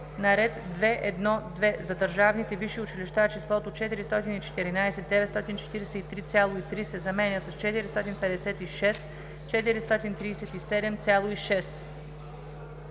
на ред 2.1.2. за Държавните висши училища числото „ 414 943,3“ се заменя с „-456 437,6“.